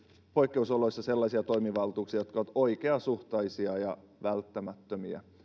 poikkeusoloissa sellaisia toimivaltuuksia jotka ovat oikeasuhtaisia ja välttämättömiä